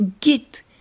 git